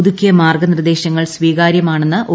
പുതുക്കിയ മാർഗ്ഗനിർദ്ദേശങ്ങൾ സ്വീകാരൃമാണെന്ന് ഒ